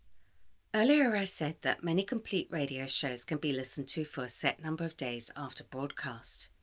earlier i said that many complete radio shows can be listened to for a set number of days after broadcast.